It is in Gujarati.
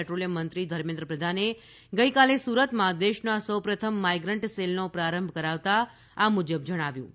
પેટ્રોલીયમ મંત્રી ધર્મેન્દ્ર પ્રધાને ગઇકાલે સુરતમાં દેશના સૌ પ્રથમ માઇગ્રન્ટ સેલનો પ્રારંભ કરાવતા આ મુજબ જણાવ્યું હતું